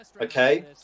okay